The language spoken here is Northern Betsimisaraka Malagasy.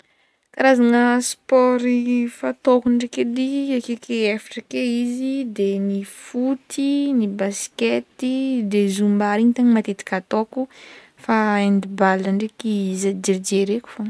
Karazagna sport fataoko ndraiky edy akekeo efatra ake izy de ny footy, ny baskety, de zumba regny matetika ataoko, fa handball ndraiky jerijereko fogna.